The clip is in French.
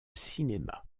cinéma